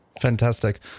Fantastic